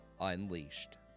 Unleashed